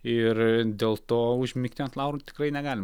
ir dėl to užmigti ant laurų tikrai negalim